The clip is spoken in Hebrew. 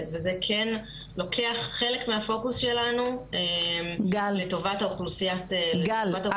וזה כן לוקח חלק מהפוקוס שלנו לטובת האוכלוסייה- -- גל,